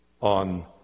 on